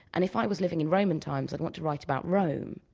and if i was living in roman times, i'd want to write about rome.